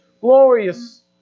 glorious